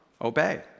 obey